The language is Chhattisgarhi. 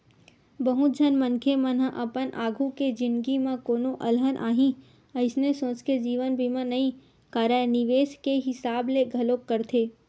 बहुत झन मनखे मन ह अपन आघु के जिनगी म कोनो अलहन आही अइसने सोच के जीवन बीमा नइ कारय निवेस के हिसाब ले घलोक करथे